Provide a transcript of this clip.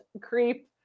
creep